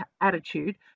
attitude